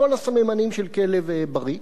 כל הסממנים של כלב בריא,